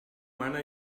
mana